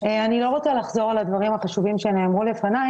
אני לא רוצה לחזור על הדברים החשובים שנאמרו לפניי